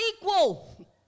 equal